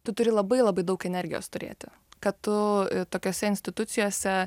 tu turi labai labai daug energijos turėti kad tu tokiose institucijose